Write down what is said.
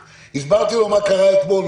הסברתי לו מה קרה אתמול.